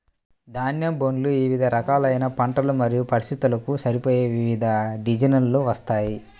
ధాన్యం బండ్లు వివిధ రకాలైన పంటలు మరియు పరిస్థితులకు సరిపోయే వివిధ డిజైన్లలో వస్తాయి